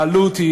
העלות,